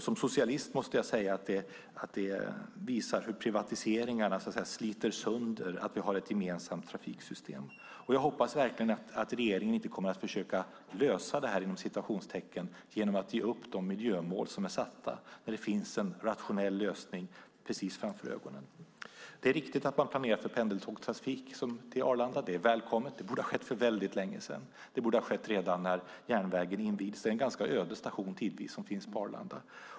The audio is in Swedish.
Som socialist måste jag säga att det visar hur privatiseringarna sliter sönder möjligheten att ha ett gemensamt trafiksystem. Jag hoppas verkligen att regeringen inte kommer att försöka "lösa" det här genom att ge upp de miljömål som är satta, när det finns en rationell lösning precis framför ögonen. Det är viktigt att man planerar för pendeltågstrafik till Arlanda. Det är välkommet. Det borde ha skett för väldigt länge sedan. Det borde ha skett redan när järnvägen invigdes. Det är tidvis en ganska öde station på Arlanda.